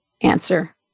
answer